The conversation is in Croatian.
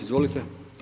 Izvolite.